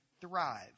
thrive